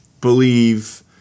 believe